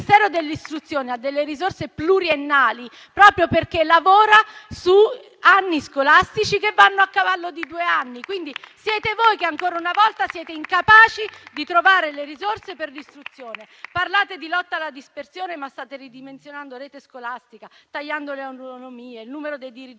il Ministero dell'istruzione ha delle risorse pluriennali, proprio perché lavora su anni scolastici, che vanno a cavallo di due anni. Quindi, siete voi che, ancora una volta, siete incapaci di trovare le risorse per l'istruzione. Parlate di lotta alla dispersione, ma state ridimensionando la rete scolastica, tagliando nell'ambito delle autonomie e il numero dei dirigenti